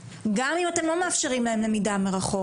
גם אם אתם לא מאפשרים להם את המבחנים מרחוק.